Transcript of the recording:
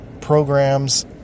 programs